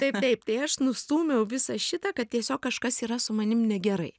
taip taip tai aš nustūmiau visą šitą kad tiesiog kažkas yra su manim negerai